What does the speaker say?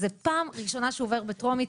זאת הפעם הראשונה שהוא עובר בטרומית,